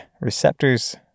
receptors